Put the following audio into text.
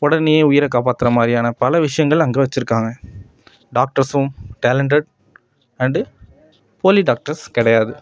உடனே உயிரைக் காப்பாத்துறமாதிரியான பல விஷயங்கள் அங்கே வச்சுருக்காங்க டாக்டர்ஸும் டேலெண்டட் அண்டு போலி டாக்டர்ஸ் கிடையாது